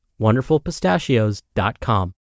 wonderfulpistachios.com